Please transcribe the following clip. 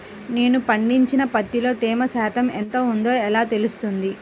నేను పండించిన పత్తిలో తేమ శాతం ఎంత ఉందో ఎలా తెలుస్తుంది?